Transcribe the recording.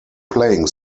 playing